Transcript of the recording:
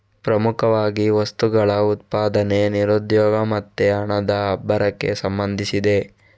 ಪ್ರಮುಖವಾಗಿ ವಸ್ತುಗಳ ಉತ್ಪಾದನೆ, ನಿರುದ್ಯೋಗ ಮತ್ತೆ ಹಣದ ಉಬ್ಬರಕ್ಕೆ ಸಂಬಂಧಿಸಿದೆ